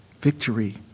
victory